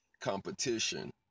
Competition